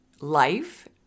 life